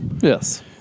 Yes